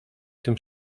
tym